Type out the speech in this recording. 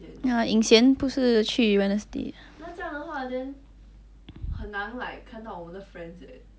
ya ying xian 不是去 wednesday